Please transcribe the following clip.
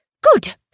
Good